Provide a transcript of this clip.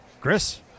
Chris